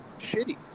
shitty